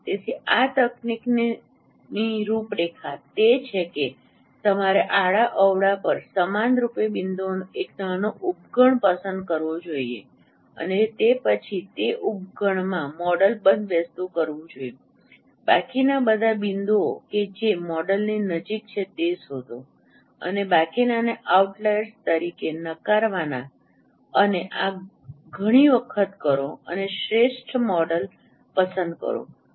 તેથી આ તકનીકની રૂપરેખા તે છે કે તમારે આડાઅવળા પર સમાનરૂપે બિંદુઓનો એક નાનો ઉપગણ પસંદ કરવો જોઈએ અને તે પછી તે ઉપગણમાં મોડેલ બંધબેસતું કરવું જોઈએ બાકીના બધા બિંદુઓ કે જે મોડેલની નજીક છે શોધો અને બાકીનાને આઉટલાઈર તરીકે નકારવાના અને આ ઘણી વખત કરો અને શ્રેષ્ઠ મોડેલ પસંદ કરો